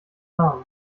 name